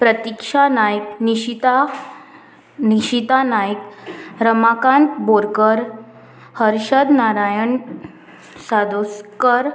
Pratiksha Naik Nishita Nishita Naik Ramakant Borkar Harshad Narayan Sadoskar